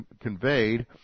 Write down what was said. conveyed